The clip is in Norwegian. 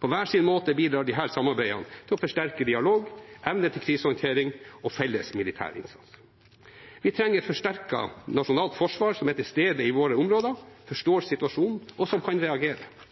På hver sin måte bidrar disse samarbeidene til å forsterke dialog, evne til krisehåndtering og felles militær innsats. Vi trenger et forsterket nasjonalt forsvar som er til stede i våre områder, forstår situasjonen og som kan reagere.